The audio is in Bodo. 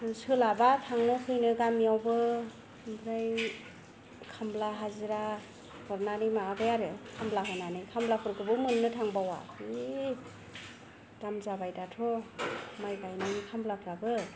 सोलाबा थांनो फैनो गामियावबो ओमफ्राय खामला हाजिरा हरनानै माबाबाय आरो खामला होनानै खामलाफोरखौबो मोननो थांबावा जि दाम जाबाय दाथ' माइ गायनायनि खामलाफोराबो